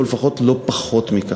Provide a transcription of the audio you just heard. או לפחות לא פחות מכך.